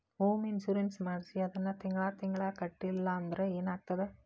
Home insurance ಮಾಡ್ಸಿ ಅದನ್ನ ತಿಂಗ್ಳಾ ತಿಂಗ್ಳಾ ಕಟ್ಲಿಲ್ಲಾಂದ್ರ ಏನಾಗ್ತದ?